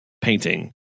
painting